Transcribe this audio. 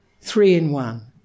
three-in-one